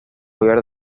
javier